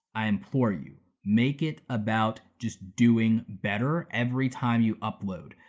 i implore you, make it about just doing better every time you upload.